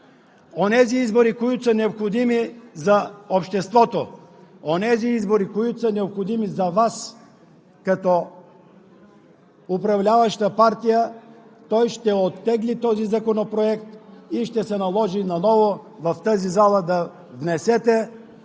онези избори, необходими за обществото, онези избори, необходими за Вас като управляваща партия, той ще оттегли този законопроект и ще се наложи наново в тази зала да внесете текст